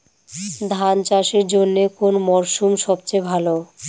ধান চাষের জন্যে কোন মরশুম সবচেয়ে ভালো?